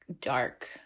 dark